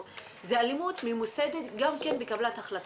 זה אלימות ממוסדת גם בקבלת החלטות.